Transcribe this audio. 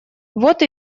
вот